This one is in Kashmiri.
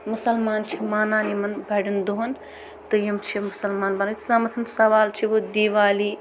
مُسلمان چھِ مانان یِمن بَڑٮ۪ن دۄہن تہٕ یِم چھِ مسلمان یوتس تامتھ سوال چھُ وۄنۍ دیٖوالی